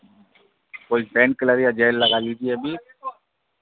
कोई painkiller या gel लगा लीजिए अभी